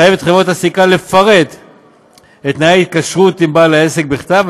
לחייב את חברות הסליקה לפרט את תנאי ההתקשרות עם בעל העסק בכתב,